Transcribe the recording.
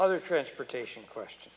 other transportation question